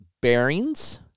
bearings